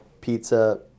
pizza